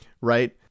right